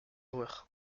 joueur